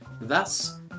Thus